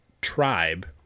tribe